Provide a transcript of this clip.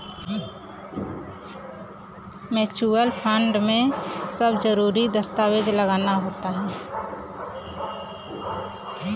mutual fund में सब जरूरी दस्तावेज लगाना होला